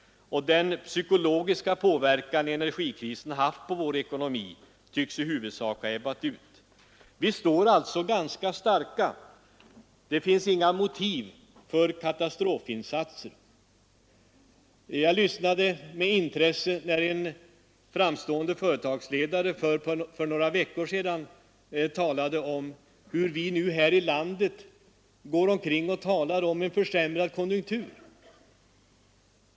Den psykologiska påverkan som energikrisen haft på vår ekonomi tycks i huvudsak ha ebbat ut. Vi står alltså ganska starka. Det finns inga motiv för katastrofinsatser. Jag lyssnade med intresse när en framstående företagsledare för några veckor sedan sade att vi nu här i landet går omkring och talar om en försämrad konjunktur.